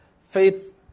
Faith